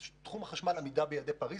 בתחום החשמל במצב של עמידה ביעדי פריז.